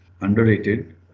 underrated